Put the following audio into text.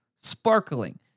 sparkling